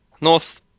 North